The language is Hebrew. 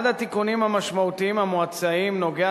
אחד התיקונים המשמעותיים המוצעים נוגע